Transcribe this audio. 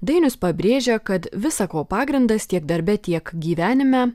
dainius pabrėžia kad visa ko pagrindas tiek darbe tiek gyvenime